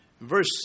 Verse